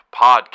Podcast